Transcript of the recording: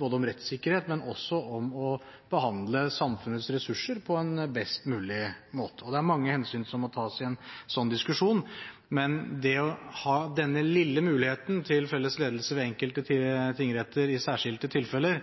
både om rettssikkerhet og om å behandle samfunnets ressurser på en best mulig måte. Det er mange hensyn som må tas i en slik diskusjon, men det å ha denne lille muligheten til felles ledelse ved enkelte tingretter i særskilte tilfeller